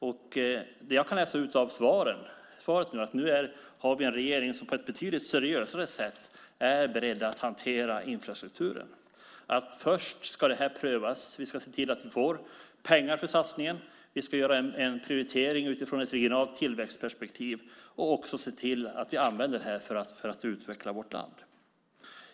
Det jag kan läsa ut av svaret är att vi nu har en regering som på ett betydligt seriösare sätt är beredd att hantera infrastrukturen. Först ska det prövas, och sedan ska vi se till att vi får pengar för satsningen. Vi ska göra en prioritering utifrån ett regionalt tillväxtperspektiv och också se till att vi använder det här för att utveckla vårt land.